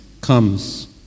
comes